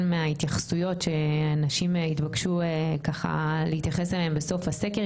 מההתייחסויות שהנשים התבקשו ככה להתייחס אליהם בסוף הסקר,